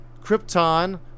Krypton